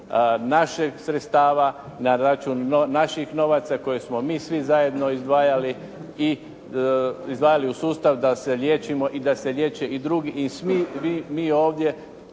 naših sredstava, na račun naših novaca koji smo mi svi zajedno izdvajali u sustav da se liječimo i da se liječe i drugi i svi mi ovdje